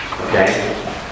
Okay